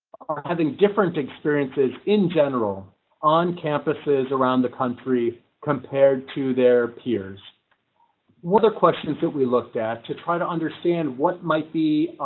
are having different experiences in general on campuses around the country compared to their peers what are questions that we looked at to try to understand? what might be